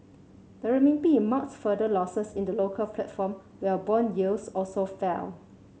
the Renminbi marked further losses in the local platform while bond yields also fell